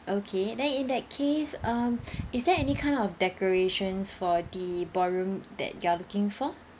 okay then in that case um is there any kind of decorations for the ballroom that you are looking for